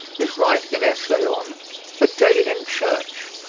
is writing an essay on a day in church,